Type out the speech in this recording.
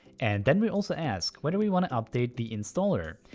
and then we also ask whether we want update the installer.